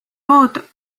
lood